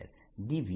dS W 02VV